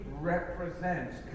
represents